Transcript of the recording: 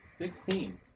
Sixteen